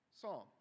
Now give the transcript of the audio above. psalm